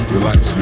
Relax